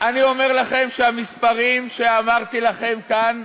אני אומר לכם שהמספרים שאמרתי לכם כאן,